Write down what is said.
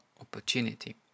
opportunity